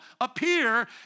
appear